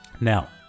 Now